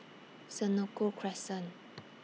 Senoko Crescent